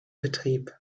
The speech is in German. betrieb